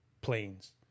planes